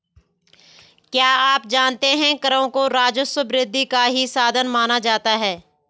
क्या आप जानते है करों को राजस्व वृद्धि का ही साधन माना जाता है?